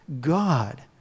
God